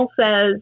says